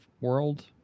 world